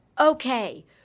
okay